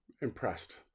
impressed